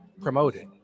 promoted